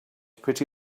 pretty